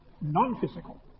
non-physical